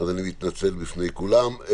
אני מתנצל בפני כולם.